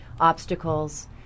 obstacles